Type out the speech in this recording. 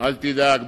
אל תדאג,